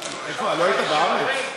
לא היית בארץ?